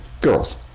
girls